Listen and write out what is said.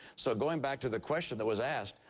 so going back to the question that was asked,